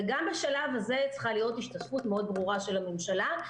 וגם בשלב הזה צריכה להיות השתתפות מאוד ברורה של הממשלה.